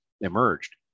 emerged